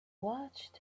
watched